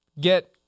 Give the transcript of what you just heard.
get